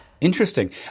Interesting